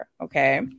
okay